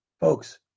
Folks